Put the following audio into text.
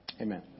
Amen